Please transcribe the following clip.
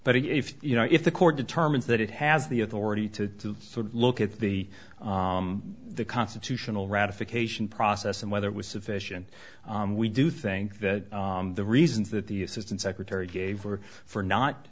but if you know if the court determines that it has the authority to sort of look at the constitutional ratification process and whether it was sufficient we do think that the reasons that the assistant secretary gave or for not